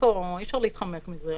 אי אפשר להתחמק מזה,